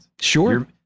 Sure